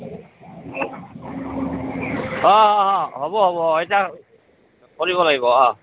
অঁ অঁ হ'ব হ'ব এতিয়া কৰিব লাগিব অঁ